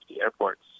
airports